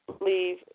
leave